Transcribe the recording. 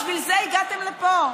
בשביל זה הגעתם לפה?